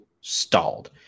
stalled